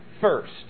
first